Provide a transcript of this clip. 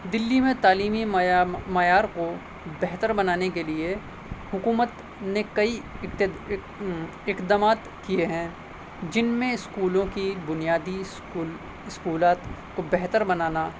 دلی میں تعلیمی معیار کو بہتر بنانے کے لیے حکومت نے کئی اقدامات کیے ہیں جن میں اسکولوں کی بنیادی اسکولات کو بہتر بنانا